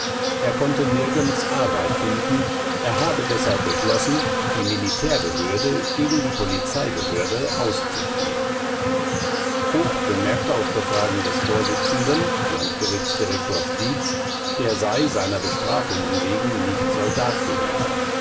er konnte nirgends arbeit finden er habe deshalb beschlossen die militärbehörde gegen die polizeibehörde auszuspielen voigt bemerkte auf befragen des vorsitzenden landgerichtsdirektors dietz er sei seiner bestrafungen gen wegen nicht soldat gewesen